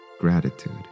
gratitude